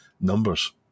numbers